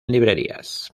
librerías